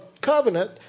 covenant